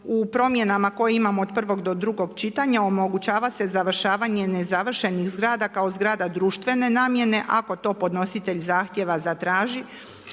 u promjenama koje imamo od prvog do drugog čitanja, omogućava se završavanje nezavršenih zgrada kao zgrada društvene namjene, ako to podnositelj zahtjeva zatraži,